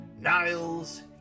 Niles